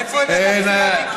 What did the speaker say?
איפה, התיקים?